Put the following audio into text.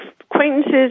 acquaintances